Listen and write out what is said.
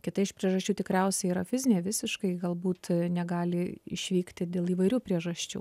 kita iš priežasčių tikriausiai yra fizinė visiškai galbūt negali išvykti dėl įvairių priežasčių